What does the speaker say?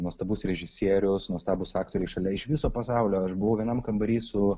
nuostabus režisierius nuostabūs aktoriai šalia iš viso pasaulio aš buvau vienam kambary su